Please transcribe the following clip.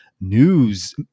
news